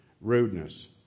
rudeness